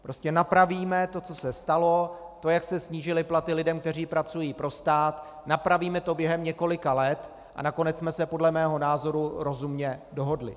Prostě napravíme to, co se stalo, to, jak se snížily platy lidem, kteří pracují pro stát, napravíme to během několika let a nakonec jsme se podle mého názoru rozumně dohodli.